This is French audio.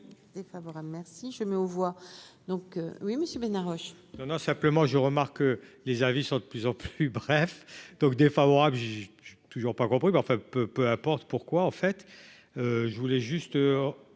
défavorable merci je mets aux voix, donc oui monsieur Ménard Roche. Non, simplement je remarque que les avis sont de plus en plus bref donc défavorable, j'ai toujours pas compris mais enfin peu importe pourquoi, en fait, je voulais juste